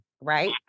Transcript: right